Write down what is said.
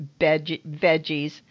veggies